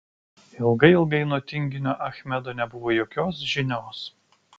ilgai ilgai nuo tinginio achmedo nebuvo jokios žinios